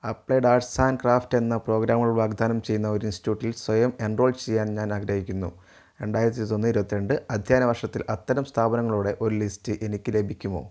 applied arts and craft എന്ന പ്രോഗ്രാമുകൾ വാഗ്ദാനം ചെയ്യുന്ന ഒരു ഇൻസ്റ്റിറ്റ്യൂട്ടിൽ സ്വയം എൻറോൾ ചെയ്യാൻ ഞാൻ ആഗ്രഹിക്കുന്നു രണ്ടായിരത്തി ഇരുപത്തി ഒന്ന് ഇരുപത്തി രണ്ട് അധ്യയന വർഷത്തിൽ അത്തരം സ്ഥാപനങ്ങളുടെ ഒരു ലിസ്റ്റ് എനിക്ക് ലഭിക്കുമോ